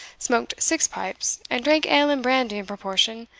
smoked six pipes, and drank ale and brandy in proportion,